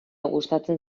gustatzen